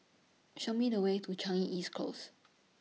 Show Me The Way to Changi East Close